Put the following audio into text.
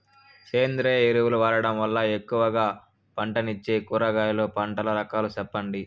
సేంద్రియ ఎరువులు వాడడం వల్ల ఎక్కువగా పంటనిచ్చే కూరగాయల పంటల రకాలు సెప్పండి?